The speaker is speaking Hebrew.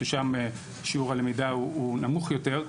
ששם שיעור הלמידה הוא נמוך יותר.